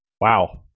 Wow